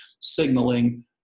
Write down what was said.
signaling